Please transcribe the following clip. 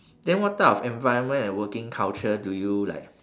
then what type of environment and working culture do you like